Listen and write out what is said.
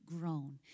grown